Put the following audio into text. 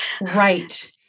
Right